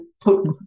put